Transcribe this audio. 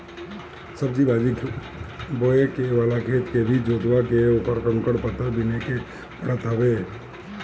सब्जी भाजी बोए वाला खेत के भी जोतवा के उकर कंकड़ पत्थर बिने के पड़त हवे